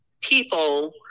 people